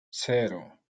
cero